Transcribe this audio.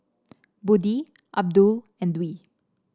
Budi Abdul and Dwi